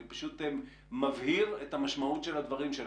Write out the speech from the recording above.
אני פשוט מבהיר את המשמעות של הדברים שלך.